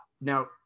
now